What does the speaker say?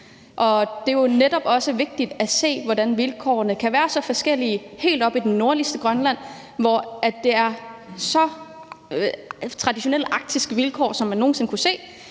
Det er jo netop også vigtigt at se, hvordan vilkårene kan være så forskellige mellem helt oppe i det nordligste Grønland, hvor der er så traditionelle arktiske vilkår, som man overhovedet vil kunne se,